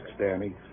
Danny